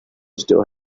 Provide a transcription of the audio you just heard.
still